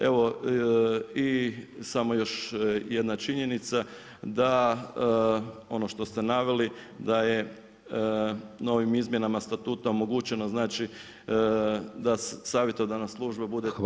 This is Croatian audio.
Evo i samo još jedna činjenica, da ko što ste naveli da je novim izmjenama statuta omogućeno znači da savjetodavna služba bude.